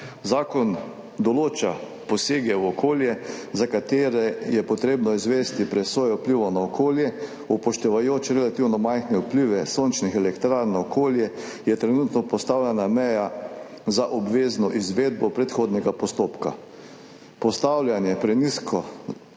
Zakon določa posege v okolje, za katere je treba izvesti presojo vplivov na okolje. Upoštevajoč relativno majhne vplive sončnih elektrarn na okolje je trenutno postavljena meja za obvezno izvedbo predhodnega postopka postavljanja prenizka,